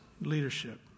leadership